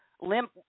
limp